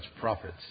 prophets